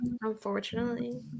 Unfortunately